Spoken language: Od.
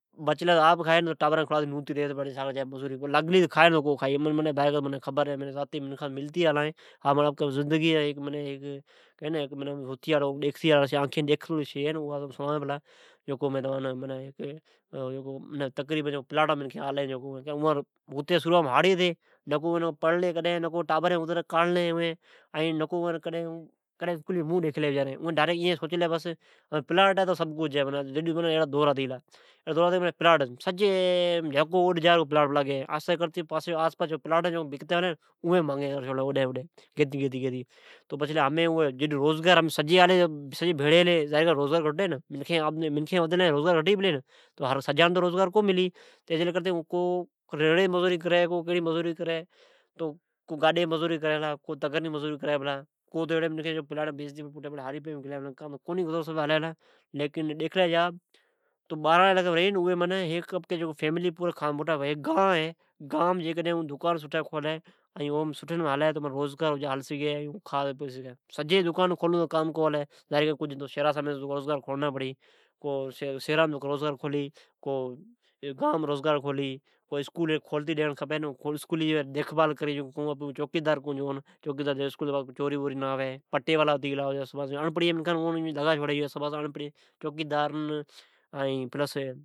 بچلے تو کھائے نتو ساکھڑی کھئے نتو ٹانران کھڑاتی نوتے رئ ۔ ھا مانجا زاتے زندگی جا ڈوکھیڑو ھی ، لاگلے تو کھائی مین میکھان سے ملتے آلا ھین ، ھا مان جا آنکھے ڈوکھڑا ھے کا تو سروعام ھاری ھتے پچھ پلاٹام آلے سب اڑ پرھوڑی نکو آپ پھڑلے نکو ٹابرین پھڑالی ، اسکولی جی مونھن ڈیکھلے معنی پلاٹ ھے تو سب کجھ ھے، سجے اوڈی سجے پلاٹی مانگے کر چھعلی جکو اود جا او پلاٹ پلا گئیے ۔ سجے بھڑی ھلی تو سجان تو مزدوری تو کو ملے ،کو گاڈی جی مزدوری کرئ پلا ، کو تگھاری جو ، کو ریڑی دکے پلا ، کو تو پوٹھے آلے بنیا کرون سروع کرلیا ۔ کو گائین ھے سب دکان کھولون تو کام تو کنی ھلے کجھ ان تو شھرا سامین جاڑ پڑی یا اڑی اسکول کھولے اوم ان پھڑھئ لگائوی جو چوکیدار یا پٹیوالے